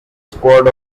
squad